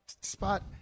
spot